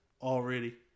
already